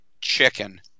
chicken